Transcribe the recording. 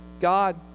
God